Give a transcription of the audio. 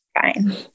Fine